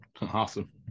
Awesome